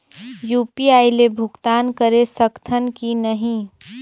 UPI ले भुगतान करे सकथन कि नहीं?